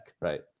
right